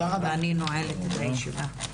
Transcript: אני נועלת את הישיבה.